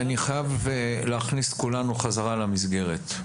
אני חייב להכניס את כולנו בחזרה למסגרת.